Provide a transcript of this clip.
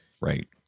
Right